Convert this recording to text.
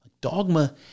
Dogma